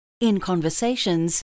in-conversations